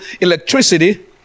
electricity